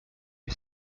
you